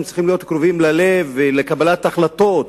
הם צריכים להיות קרובים ללב ולקבלת החלטות,